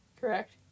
Correct